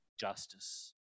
justice